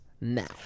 now